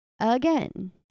Again